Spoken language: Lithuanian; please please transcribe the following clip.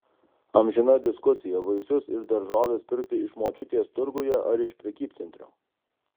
amžina diskusija vaisius ir daržoves pirkti iš močiutės turguje ar iš prekybcentrio